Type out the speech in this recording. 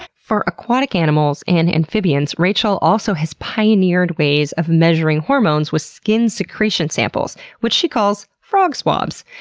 for aquatic animals and amphibians, rachel also has pioneered ways of measuring hormones with skin secretion samples, which she calls frog swabs.